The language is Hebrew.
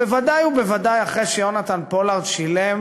בוודאי ובוודאי אחרי שיונתן פולארד שילם